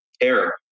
error